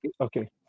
Okay